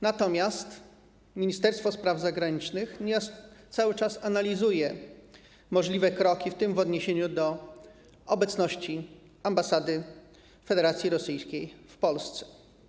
Natomiast Ministerstwo Spraw Zagranicznych cały czas analizuje możliwe kroki, w tym w odniesieniu do obecności ambasady Federacji Rosyjskiej w Polsce.